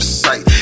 sight